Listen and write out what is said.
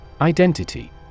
Identity